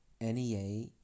NEA